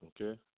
Okay